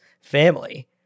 family